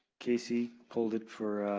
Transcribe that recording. k c. pulled it for